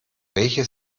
welche